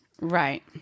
Right